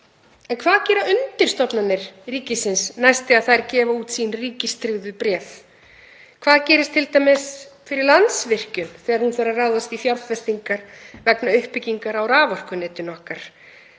en hvað gera undirstofnanir ríkisins næst þegar þær gefa út sín ríkistryggðu bréf? Hvað gerist t.d. hjá Landsvirkjun þegar hún þarf að ráðast í fjárfestingar vegna uppbyggingar á raforkunetinu okkar?